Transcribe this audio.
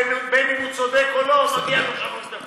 בין אם הוא צודק או לא, מגיעות לו שלוש דקות.